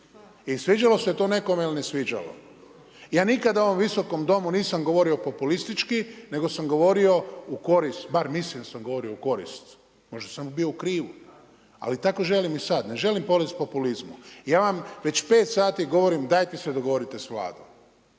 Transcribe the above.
I sviđalo se to nekome ili ne sviđalo. Ja nikada u ovom visokom Domu nisam govorio populistički nego sam govorio u korist, bar mislim da sam govorio u korist, možda sam bio u krivu, ali tako želim i sad. Ne želim povest o populizmu. Ja vam već 5 sati govorim, dajte se dogovorite s Vladom,